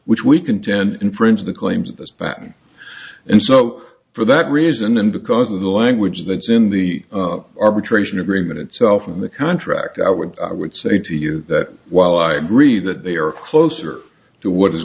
which we contend infringe the claims of this baton and so for that reason and because of the language that's in the arbitration agreement itself in the contract i would i would say to you that while i agree that they are closer to what is